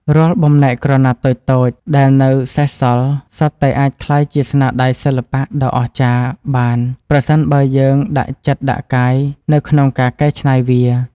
រាល់បំណែកក្រណាត់តូចៗដែលនៅសេសសល់ សុទ្ធតែអាចក្លាយជាស្នាដៃសិល្បៈដ៏អស្ចារ្យបាន ប្រសិនបើយើងដាក់ចិត្តដាក់កាយនៅក្នុងការកែច្នៃវា។